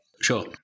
Sure